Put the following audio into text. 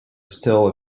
still